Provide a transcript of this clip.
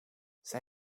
zij